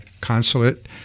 consulate